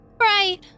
Right